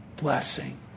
blessing